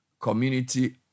community